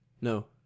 No